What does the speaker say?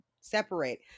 separate